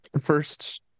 first